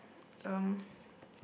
um